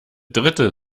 dritte